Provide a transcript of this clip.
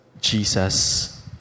Jesus